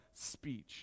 speech